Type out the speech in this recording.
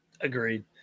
Agreed